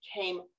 came